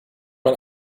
man